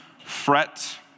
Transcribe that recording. fret